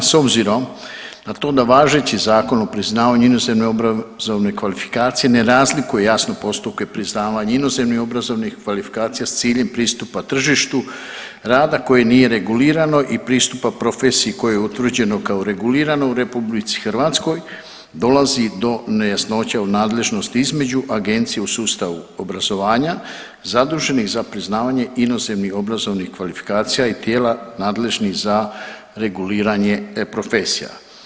S obzirom na to da važeći Zakon o priznavanju inozemne obrazovne kvalifikacije ne razlikuje jasno postupke priznavanja inozemnih obrazovnih kvalifikacija s ciljem pristupa tržištu rada koje nije regulirano i pristupa profesiji koje je utvrđeno kao regulirano u RH, dolazi do nejasnoća u nadležnosti između agencija u sustavu obrazovanja zaduženih za priznavanje inozemnih obrazovnih kvalifikacija i tijela nadležnih za reguliranje profesija.